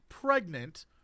Pregnant